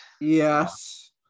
Yes